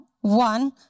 one